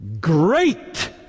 great